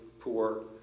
poor